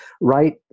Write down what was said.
Right